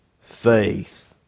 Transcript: faith